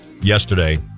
Yesterday